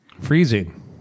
Freezing